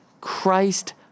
Christ